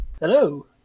Hello